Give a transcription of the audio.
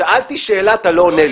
שאלתי שאלה, אתה לא עונה לי.